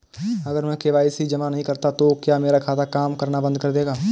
अगर मैं के.वाई.सी जमा नहीं करता तो क्या मेरा खाता काम करना बंद कर देगा?